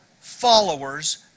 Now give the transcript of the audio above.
followers